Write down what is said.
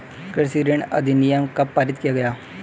कृषि ऋण अधिनियम कब पारित किया गया?